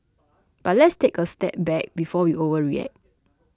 but let's take a step back before we overreact